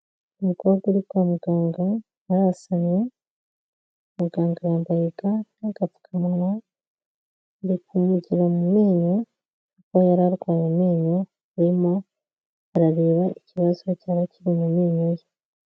Umukobwa uri kwamuganga arasamye, muganga yambaye ga n'agapfukanwa, ari kumuvura mu menyo aho yari arwaye amenyo arimo arareba ikibazo cyaba kiri mu menyo ye.